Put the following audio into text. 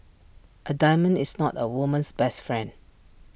A diamond is not A woman's best friend